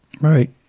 Right